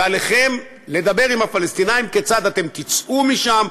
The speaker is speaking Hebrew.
ועליכם לדבר עם הפלסטינים כיצד אתם תצאו משם,